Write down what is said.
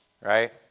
right